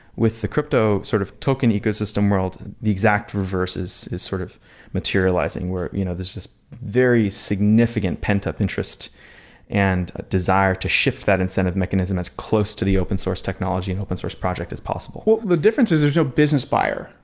with the crypto sort of token ecosystem world, the exact reverse is is sort of materializing where you know there's this very significant pent-up interest and a desire to shift that incentive mechanism as close to the open source technology and open source project as possible the difference is there's no business buyer.